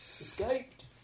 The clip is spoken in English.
Escaped